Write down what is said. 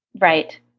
Right